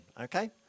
okay